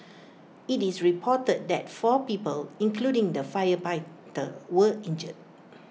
IT is reported that four people including the fire were injured